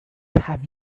have